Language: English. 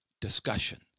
discussion